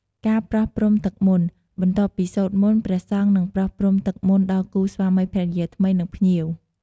ការប្រោះព្រំទឹកមន្ត បន្ទាប់ពីសូត្រមន្ត ព្រះសង្ឃនឹងប្រោះព្រំទឹកមន្តដល់គូស្វាមីភរិយាថ្មី និងភ្ញៀវ។